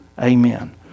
Amen